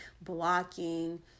blocking